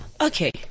Okay